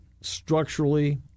structurally